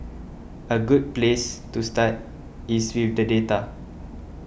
a good place to start is with the data